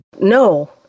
No